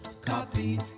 copy